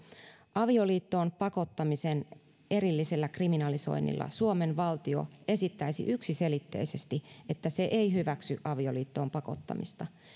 avioliittoon pakottamisen erillisellä kriminalisoinnilla suomen valtio esittäisi yksiselitteisesti että se ei hyväksy avioliittoon pakottamista